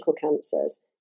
cancers